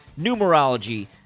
numerology